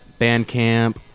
Bandcamp